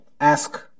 ask